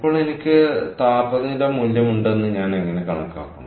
അപ്പോൾ എനിക്ക് ഇപ്പോൾ താപനില മൂല്യമുണ്ടെന്ന് ഞാൻ എങ്ങനെ കണക്കാക്കും